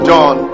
John